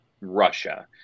Russia